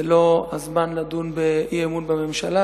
זה לא הזמן לדון באי-אמון בממשלה,